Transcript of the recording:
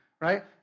right